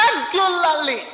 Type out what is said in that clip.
regularly